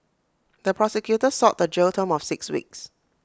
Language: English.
the prosecutor sought A jail term of six weeks